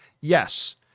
Yes